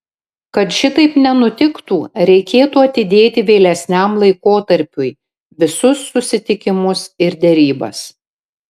kad šitaip nenutiktų reikėtų atidėti vėlesniam laikotarpiui visus susitikimus ir derybas